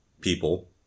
people